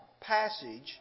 passage